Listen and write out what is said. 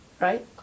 right